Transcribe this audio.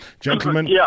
gentlemen